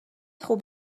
خوب